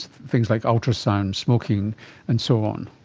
things like ultrasound, smoking and so on.